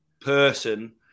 person